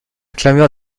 clameur